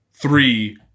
Three